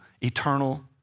eternal